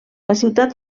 ciutat